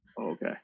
Okay